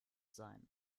sein